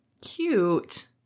Cute